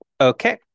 Okay